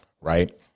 Right